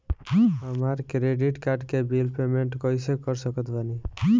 हमार credit card के bill payment कइसे कर सकत बानी?